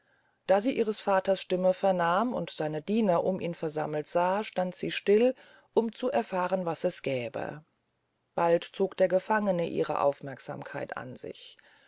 da sie ihres vaters stimme vernahm und seine diener um ihn versammelt sah stand sie still zu erfahren was es gäbe bald zog der gefangene ihre aufmerksamkeit an sich